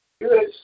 Good